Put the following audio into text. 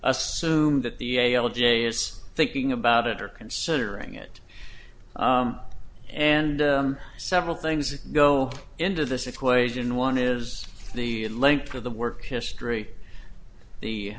assume that the a l j is thinking about it or considering it and several things go into this equation one is the length of the work history the